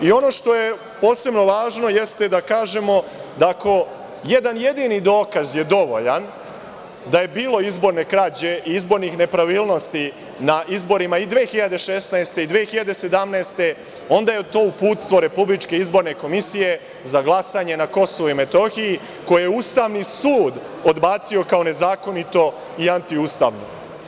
I ono što je posebno važno jeste da kažemo, da ako je jedan jedini dokaz dovoljan da je bilo izborne krađe, izbornih nepravilnosti na izborima i 2016. i 2017. godine, onda je to uputstvo Republičke izborne komisije za glasanje na KiM, koje je Ustavni sud odbacio kao nezakonito i antiustavno.